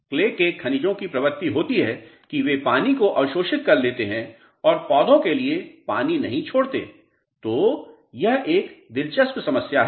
clay के खनिजों की प्रवृत्ति होती है कि वे पानी को अवशोषित कर लेते हैं और पौधों के लिए पानी नहीं छोड़ते तो यह एक दिलचस्प समस्या है